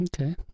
Okay